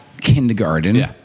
Kindergarten